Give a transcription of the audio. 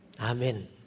Amen